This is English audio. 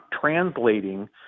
translating